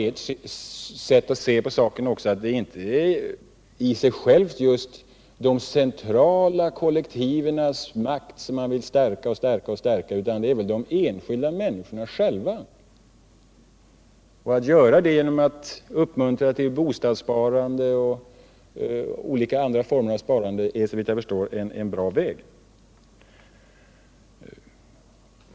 Det avgörande måste väl ändå vara, också enligt ert sätt att se på saken, att det inte är det centrala kollektivets makt i sig som man vill stärka utan inflytandet för de enskilda människorna själva. Att göra det genom att uppmuntra till bostadssparande och olika andra former av sparande är såvitt jag förståren bra väg.